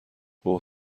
اوه